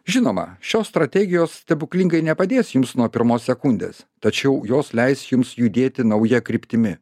žinoma šios strategijos stebuklingai nepadės jums nuo pirmos sekundės tačiau jos leis jums judėti nauja kryptimi